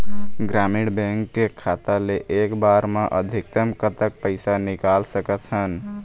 ग्रामीण बैंक के खाता ले एक बार मा अधिकतम कतक पैसा निकाल सकथन?